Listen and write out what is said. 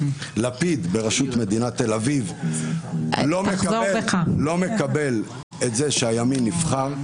לפיד בראשות מדינת תל אביב לא מקבל את זה שהימין נבחר.